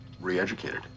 re-educated